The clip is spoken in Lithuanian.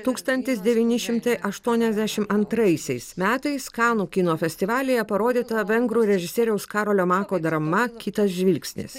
tūkstantis devyni šimtai aštuoniasdešim antraisiais metais kanų kino festivalyje parodyta vengrų režisieriaus karolio mako drama kitas žvilgsnis